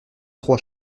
trois